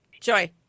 Joy